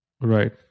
Right